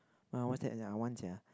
ah that sia I want sia